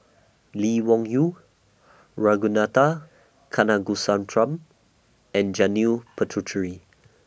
Lee Wung Yew Ragunathar Kanagasuntheram and Janil Puthucheary